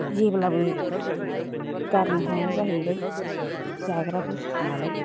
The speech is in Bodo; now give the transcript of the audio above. जेब्लाबो गारनो हाया जाहैबाय जाग्रा बुस्थु नालाय